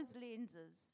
lenses